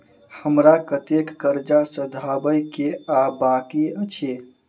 हमरा कतेक कर्जा सधाबई केँ आ बाकी अछि?